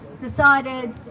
decided